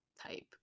type